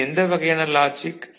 இது எந்த வகையான லாஜிக்